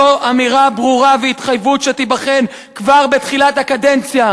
זו אמירה ברורה והתחייבות שתיבחן כבר בתחילת הקדנציה".